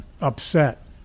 upset